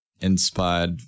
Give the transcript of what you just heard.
inspired